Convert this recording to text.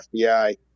fbi